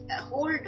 hold